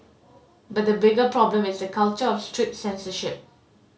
but the bigger problem is the culture of strict censorship